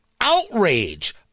outrage